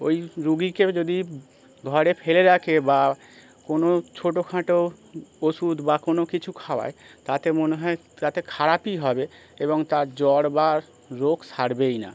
ওই রুগীকে যদি ঘরে ফেলে রাখে বা কোনো ছোটোখাটো ওষুধ বা কোনো কিছু খাওয়ায় তাতে মনে হয় তাতে খারাপই হবে এবং তার জ্বর বা রোগ সারবেই না